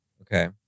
Okay